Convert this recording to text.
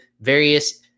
various